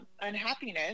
unhappiness